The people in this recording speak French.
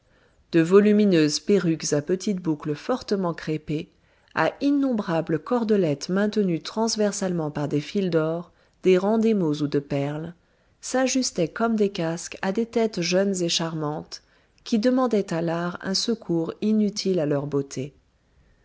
de volumineuses perruques à petites boucles fortement crêpées à innombrables cordelettes maintenues transversalement par des fils d'or des rangs d'émaux ou de perles s'ajustaient comme des casques à des têtes jeunes et charmantes qui demandaient à l'art un secours inutile à leur beauté